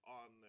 on